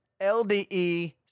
LDE